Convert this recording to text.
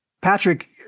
Patrick